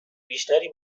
بیشتری